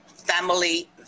family